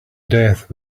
death